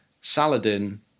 Saladin